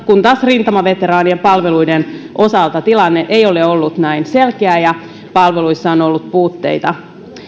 kun taas rintamaveteraanien palveluiden osalta tilanne ei ole ollut näin selkeä ja palveluissa on ollut puutteita tämä